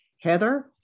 Heather